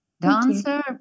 dancer